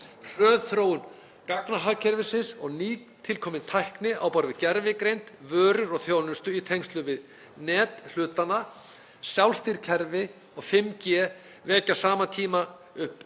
Hröð þróun gagnahagkerfisins og nýtilkomin tækni á borð við gervigreind, vörur og þjónustu í tengslum við Net hlutanna, sjálfstýrð kerfi og 5G vekja á sama tíma upp